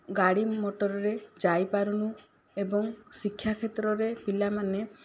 ଗାଡ଼ି ମଟରରେ ଯାଇପାରୁନୁ ଏବଂ ଶିକ୍ଷା କ୍ଷେତ୍ରରେ ପିଲାମାନେ